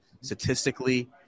statistically –